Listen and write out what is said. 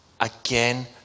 Again